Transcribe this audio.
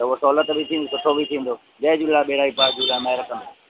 त उहो सहूलियत बि थींदो सुठो बि थींदो जय झूलेलाल बेड़ा ई पार झूलण महिर कंदो